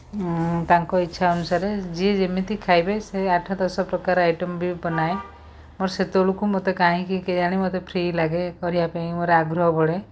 ତାଙ୍କ ଇଚ୍ଛା ଅନୁସାରେ ଯିଏ ଯେମିତି ଖାଇବେ ସେଇ ଆଠ ଦଶ ପ୍ରକାର ଆଇଟମ୍ ବି ବନାଏ ମୋର ସେତେବେଳକୁ ମୋତେ କାହିଁକି କେଜାଣି ମୋତେ ଫ୍ରି ଲାଗେ କରିବା ପାଇଁ ମୋର ଆଗ୍ରହ ବଢ଼େ